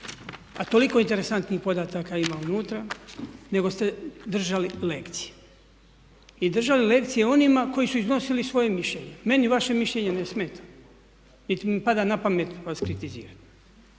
a toliko interesantnih podataka ima unutra, nego ste držali lekcije. I držali lekcije onima koji su iznosili svoje mišljenje. Meni vaše mišljenje ne smeta, niti mi pada na pamet vas kritizirati,